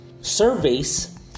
surveys